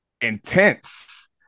intense